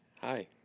Hi